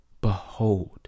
behold